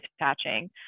attaching